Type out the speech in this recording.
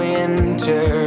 winter